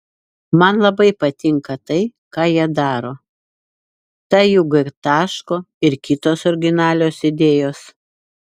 man labai patinka tai ką jie daro ta jų g taško ir kitos originalios idėjos